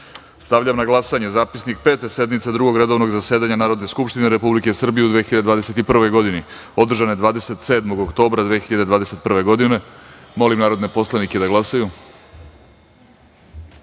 sednice. Stavljam na glasanje zapisnik Pete sednice Drugog redovnog zasedanja Narodne skupštine Republike Srbije u 2021. godini, održane 27. oktobra 2021. godine. Molim narodne poslanike da